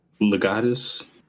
Legatus